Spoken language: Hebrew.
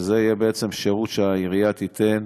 וזה יהיה שירות שהעירייה תיתן